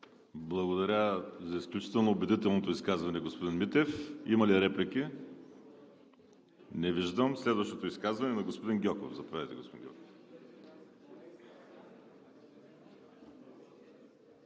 Благодаря за изключително убедителното изказване, господин Митев. Има ли реплики? Не виждам. Следващото изказване е на господин Гьоков – заповядайте. ГЕОРГИ